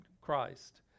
Christ